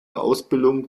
ausbildung